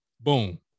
boom